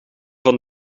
van